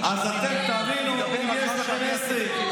תבינו עם מי יש לכם עסק.